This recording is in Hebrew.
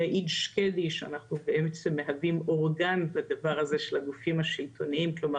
יעיד שקדי שאנחנו מהווים אורגן של הגופים השלטוניים לדבר הזה.